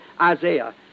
Isaiah